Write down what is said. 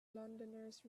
londoners